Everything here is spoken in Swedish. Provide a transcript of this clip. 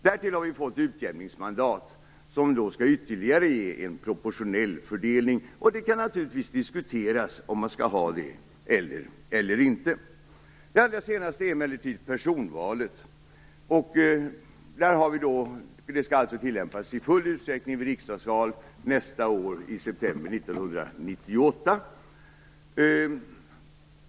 Därtill har vi fått utjämningsmandat, som skall ge en ytterligare proportionell fördelning. Det kan naturligtvis diskuteras om vi skall ha det eller inte. Det allra senaste är emellertid personvalet. Det skall tillämpas i full utsträckning vid riksdagsvalet i september 1998.